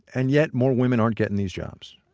and yet more women aren't getting these jobs.